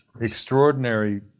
extraordinary